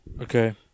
Okay